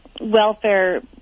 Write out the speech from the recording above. welfare